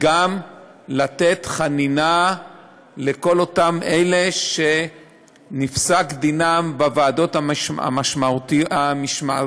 לתת חנינה גם לכל אלה שנפסק דינם בוועדות המשמעתיות